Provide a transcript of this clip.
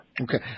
Okay